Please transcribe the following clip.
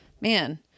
Man